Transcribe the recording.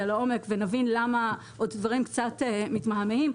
לעומק ונבין למה דברים קצת מתמהמהים.